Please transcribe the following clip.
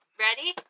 Ready